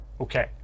okay